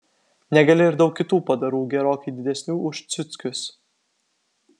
negali ir daug kitų padarų gerokai didesnių už ciuckius